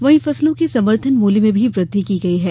वहीं फसलों के समर्थन मूल्य में भी वृद्वि की गई है